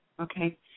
okay